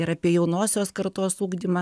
ir apie jaunosios kartos ugdymą